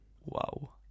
wow